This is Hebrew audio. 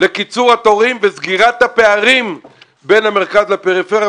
לקיצור התורים וסגירת הפערים בין המרכז לפריפריה.